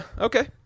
okay